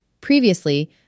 Previously